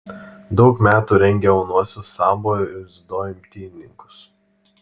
daug metų rengė jaunuosius sambo ir dziudo imtynininkus